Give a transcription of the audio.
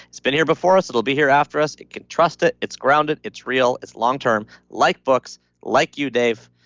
it's been here before us, it'll be here after us, you can trust it, it's grounded, it's real, its long-term like books, like you, dave,